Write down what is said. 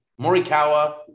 Morikawa